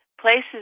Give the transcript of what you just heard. places